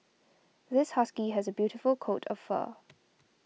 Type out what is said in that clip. this husky has a beautiful coat of fur